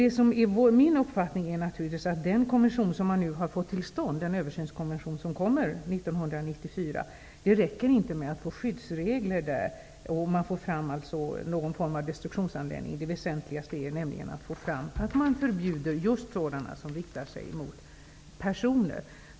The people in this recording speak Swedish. Beträffande den översynskonvention som nu kommer till stånd och som skall inleda sitt arbete 1994 är naturligtvis min uppfattning att det inte räcker att man där får fram skyddsregler och någon form av destruktionsanvändning. Det väsentligaste är nämligen att man förbjuder just sådana vapen som riktar sig mot personer.